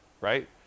right